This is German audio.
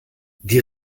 die